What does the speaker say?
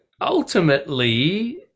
ultimately